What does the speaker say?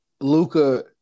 Luca